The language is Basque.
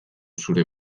zure